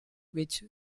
which